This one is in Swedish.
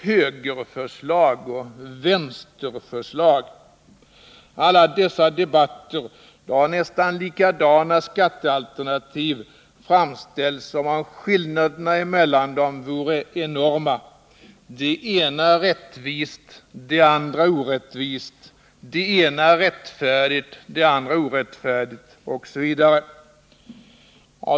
”Högerförslag” och ”vänsterförslag” — i alla dessa debatter har nästan likadana skattealternativ framställts som om skillnaderna mellan dem vore enorma. Det ena är ”rättvist”, det andra ”orättvist”. Det ena är ”rättfärdigt”, det andra ”orättfärdigt” osv.